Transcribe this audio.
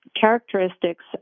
characteristics